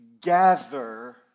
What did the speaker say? gather